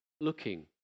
looking